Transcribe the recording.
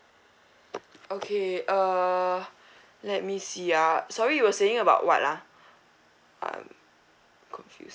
okay uh let me see ah sorry you were saying about what lah I'm confused